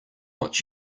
what